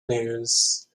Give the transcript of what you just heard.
news